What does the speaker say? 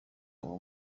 uwo